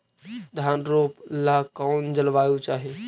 धान रोप ला कौन जलवायु चाही?